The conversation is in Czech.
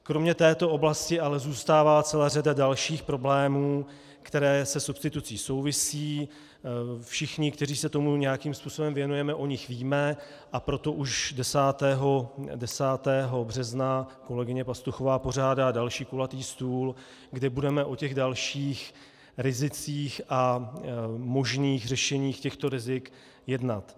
Kromě této oblasti ale zůstává celá řada dalších problémů, které se substitucí souvisejí, všichni, kteří se tomu nějakým způsobem věnujeme, o nich víme, a proto už 10. března kolegyně Pastuchová pořádá další kulatý stůl, kde budeme o dalších rizicích a možných řešeních těchto rizik jednat.